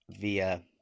via